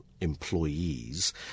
employees